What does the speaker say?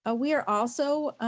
ah we are also,